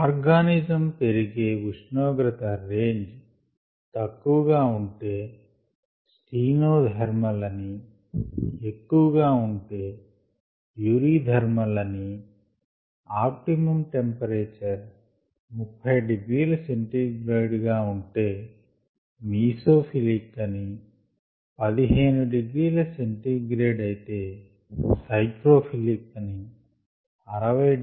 organism పెరిగే ఉష్ణోగ్రత range తక్కువ గా ఉంటే స్టినో థర్మల్ అని ఎక్కువగా ఉంటే యూరి థర్మల్ అని ఆప్టిమమ్ టెంపరేచర్ 30 degree c గాఉంటే మీసోఫిలిక్ అని 15 degree c అయితే సైక్రోఫిలిక్ అని 60 degree c